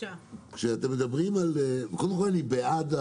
קודם כל אני בעד,